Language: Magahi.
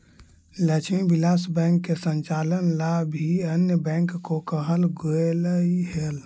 लक्ष्मी विलास बैंक के संचालन ला भी अन्य बैंक को कहल गेलइ हल